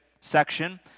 section